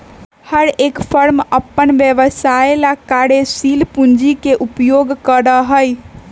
हर एक फर्म अपन व्यवसाय ला कार्यशील पूंजी के उपयोग करा हई